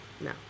No